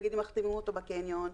נגיד מחתימים אותו בקניון,